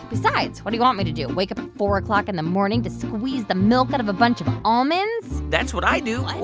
besides, what do you want me to do? wake up at four o'clock in the morning to squeeze the milk out of a bunch of almonds? that's what i do what?